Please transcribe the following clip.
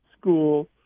school